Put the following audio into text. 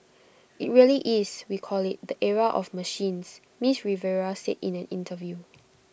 IT really is we call IT the era of machines miss Rivera said in an interview